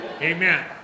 Amen